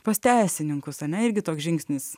pas teisininkus ane irgi toks žingsnis